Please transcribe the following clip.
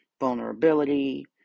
vulnerability